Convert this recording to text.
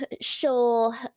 sure